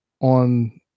on